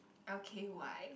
okay why